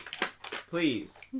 please